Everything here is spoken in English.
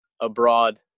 Abroad